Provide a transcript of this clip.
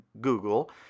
Google